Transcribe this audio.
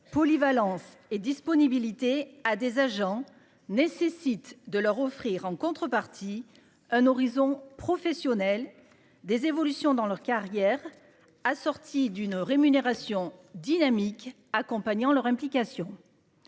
polyvalence et disponibilité à des agents nécessite de leur offrir en contrepartie un horizon professionnel des évolutions dans leur carrière, assorti d'une rémunération dynamique accompagnant leur implication.